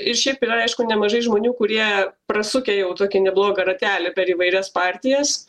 ir šiaip yra aišku nemažai žmonių kurie prasukę jau tokį neblogą ratelį per įvairias partijas